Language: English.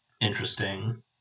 interesting